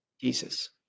Jesus